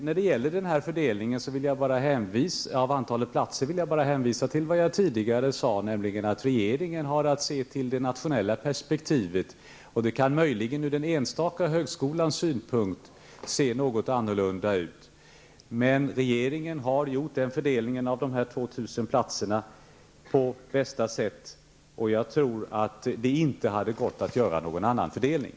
När det gäller fördelningen av antalet platser vill jag bara hänvisa till vad jag tidigare sade, nämligen att regeringen har att se till det nationella perspektivet. Ur enstaka högskolors synpunkt kan detta möjligen se något annorlunda ut. Regeringen har emellertid gjort en fördelning av dessa 2 000 platser på bästa sätt. Jag tror att det inte hade gått att göra någon annan fördelning.